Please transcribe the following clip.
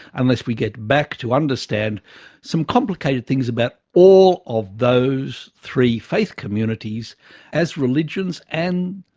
unless we get back to understand some complicated things about all of those three faith communities as religions and